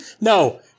No